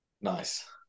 Nice